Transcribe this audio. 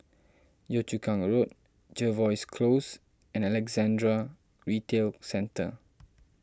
Yio Chu Kang Road Jervois Close and Alexandra Retail Centre